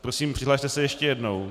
Prosím přihlaste se ještě jednou.